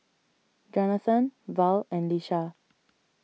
Jonathon Val and Lisha